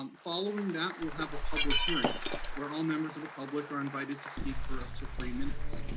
um following that, we'll have a public hearing where all members of the public are invited to speak for up to three minutes.